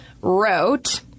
wrote